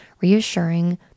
reassuring